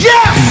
Yes